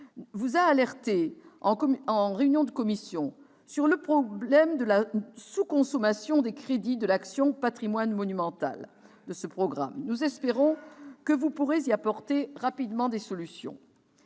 vous a alertée, en réunion de commission, sur le problème de la sous-consommation des crédits de l'action Patrimoine monumental de ce programme. Nous espérons que vous pourrez rapidement y apporter des solutions.